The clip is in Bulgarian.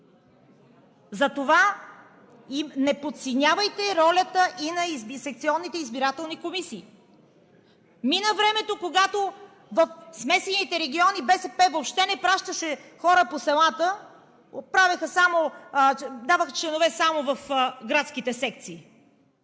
Затова не подценявайте ролята и на секционните избирателни комисии. Мина времето, когато в смесените региони БСП въобще не пращаше хора по селата, даваха членове само в градските секции.